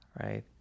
right